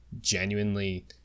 genuinely